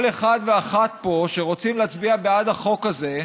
כל אחד ואחת פה שרוצים להצביע בעד החוק הזה,